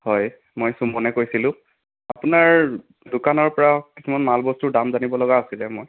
হয় মই সুমনে কৈছিলোঁ আপোনাৰ দোকানৰ পৰা কিছুমান মাল বস্তুৰ দাম জানিব লগা আছিলে মই